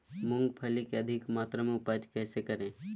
मूंगफली के अधिक मात्रा मे उपज कैसे करें?